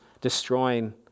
destroying